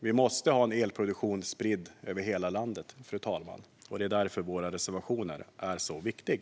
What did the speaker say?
Elproduktionen måste vara spridd över hela landet, och därför är vår reservation så viktig.